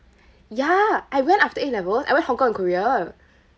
ya I went after A level I went hong-kong and korea